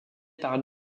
par